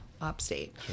upstate